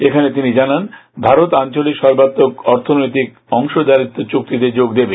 এখানে তিনি জানান ভারত আঞ্চলিক সর্বাত্মক অর্থনৈতিক অংশীদারিত্ব চুক্তিতে যোগ দেবে